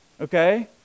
Okay